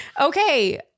Okay